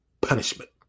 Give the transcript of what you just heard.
punishment